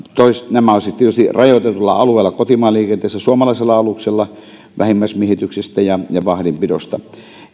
nämä olisivat tietysti rajoitetulla alueella kotimaan liikenteessä suomalaisella aluksella poikkeuksia vähimmäismiehityksestä ja ja vahdinpidosta